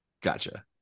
Gotcha